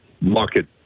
market